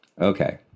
Okay